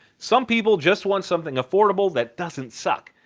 some people just want something affordable that doesn't suck.